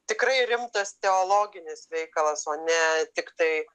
tikrai rimtas teologinis veikalas o ne tiktai